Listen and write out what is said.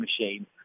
machine